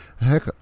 heck